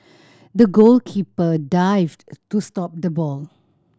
the goalkeeper dived to stop the ball